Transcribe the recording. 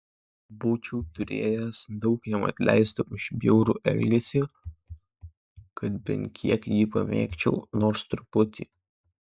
būčiau turėjęs daug jam atleisti už bjaurų elgesį kad bent kiek jį pamėgčiau nors truputį